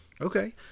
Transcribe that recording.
Okay